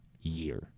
year